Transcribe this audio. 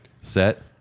Set